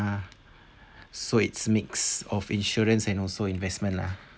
ah so it's mix of insurance and also investment lah